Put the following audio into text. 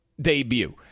debut